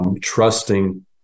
trusting